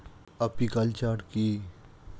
Apiculture কি?